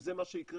אם זה מה שיקרה,